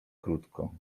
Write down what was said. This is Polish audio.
krótko